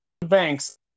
Banks